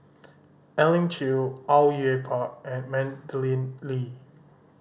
Elim Chew Au Yue Pak and Madeleine Lee